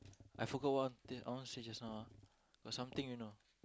I forgot what I wan to say I want say just now ah got something you know